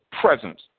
presence